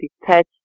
detach